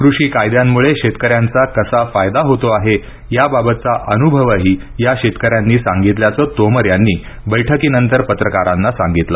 कृषी कायद्यांमुळे शेतकऱ्यांचा कसा फायदा होतो आहे याबाबतचा अनुभवही या शेतकऱ्यांनी सांगितल्याचं तोमर यांनी बैठ्कीनंतर पत्रकारांना सांगितलं